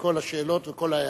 כל השאלות וכל ההערות.